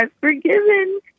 forgiven